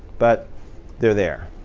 but they're there.